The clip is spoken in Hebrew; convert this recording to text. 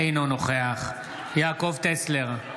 אינו נוכח יעקב טסלר,